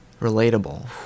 relatable